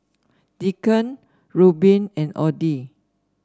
Deacon Rueben and Audie